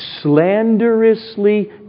slanderously